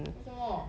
为什么